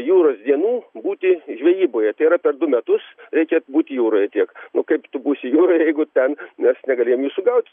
jūros dienų būti žvejyboje tai yra per du metus reikia būt jūroje tiek nu kaip tu būsi jūroj jeigu ten mes negalėjom jų sugaut